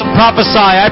prophesy